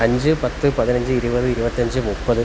അഞ്ച് പത്ത് പതിനഞ്ച് ഇരുപത് ഇരുപത്തി അഞ്ച് മുപ്പത്